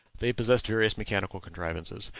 they possessed various mechanical contrivances.